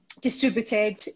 distributed